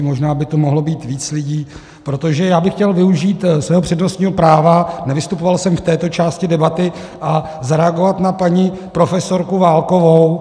Možná by tu mohlo být víc lidí, protože já bych chtěl využít svého přednostního práva, nevystupoval jsem v této části debaty, a zareagovat na paní profesorku Válkovu.